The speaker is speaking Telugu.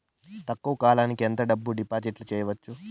తక్కువ కాలానికి ఎంత డబ్బును డిపాజిట్లు చేయొచ్చు?